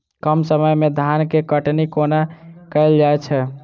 कम समय मे धान केँ कटनी कोना कैल जाय छै?